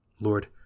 Lord